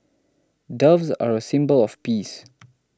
doves are a symbol of peace